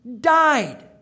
died